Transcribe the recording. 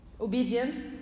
Obedience